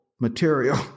material